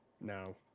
No